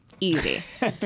Easy